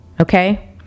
Okay